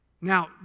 now